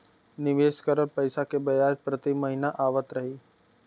निवेश करल पैसा के ब्याज प्रति महीना आवत रही?